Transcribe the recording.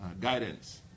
guidance